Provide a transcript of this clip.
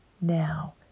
now